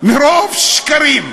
מרוב שקרים,